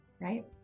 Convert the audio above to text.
right